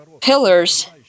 pillars